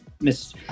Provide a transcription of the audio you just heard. miss